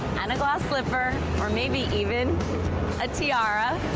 and a glass slipper or maybe even a tiara.